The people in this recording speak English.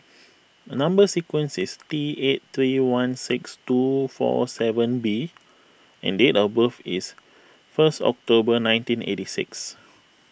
Number Sequence is T eight three one six two four seven B and date of birth is first October nineteen eighty six